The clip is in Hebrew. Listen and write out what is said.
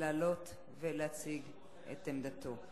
לעלות ולהציג את עמדתו.